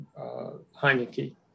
Heineke